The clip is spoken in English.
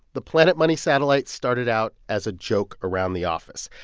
the planet money satellite started out as a joke around the office.